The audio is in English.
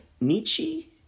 nietzsche